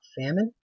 famine